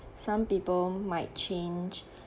some people might change